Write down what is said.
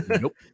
Nope